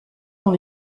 dans